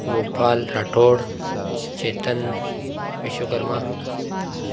Gopal Rathore Chetan Vishwakarma